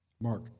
Mark